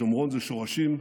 השומרון זה שורשים,